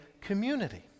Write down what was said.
community